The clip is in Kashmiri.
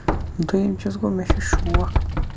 دوٚیُم چیٖز گوٚو مےٚ چھُ شوق